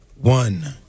one